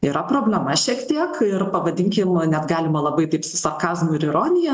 yra problema šiek tiek ir pavadinkime na galima labai taip su sarkazmu ir ironija